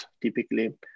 typically